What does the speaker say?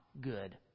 good